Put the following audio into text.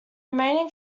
remaining